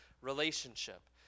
relationship